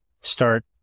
start